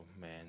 man